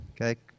Okay